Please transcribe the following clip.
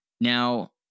Now